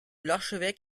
l’archevêque